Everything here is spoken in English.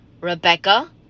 Rebecca